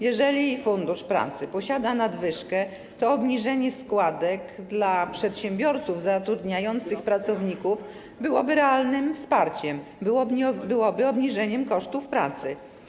Jeżeli Fundusz Pracy posiada nadwyżkę, to obniżenie składek dla przedsiębiorców zatrudniających pracowników byłoby realnym wsparciem, obniżeniem kosztów pracy.